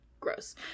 gross